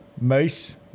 mace